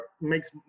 makes